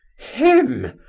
him!